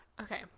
Okay